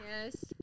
Yes